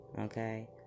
Okay